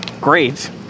great